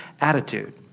attitude